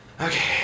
Okay